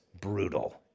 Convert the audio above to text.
brutal